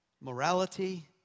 morality